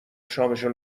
شامشو